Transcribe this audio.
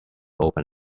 open